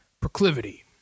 proclivity